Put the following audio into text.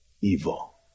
evil